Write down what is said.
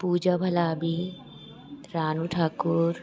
पूजा भलावी अभी रानु ठाकुर